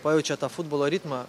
pajaučia tą futbolo ritmą